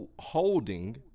holding